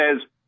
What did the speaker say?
says